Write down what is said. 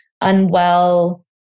unwell